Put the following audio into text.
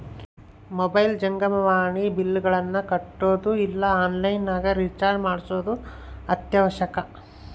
mobile ಜಂಗಮವಾಣಿ ಬಿಲ್ಲ್ಗಳನ್ನ ಕಟ್ಟೊದು ಇಲ್ಲ ಆನ್ಲೈನ್ ನಗ ರಿಚಾರ್ಜ್ ಮಾಡ್ಸೊದು ಅತ್ಯವಶ್ಯಕ